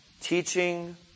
Teaching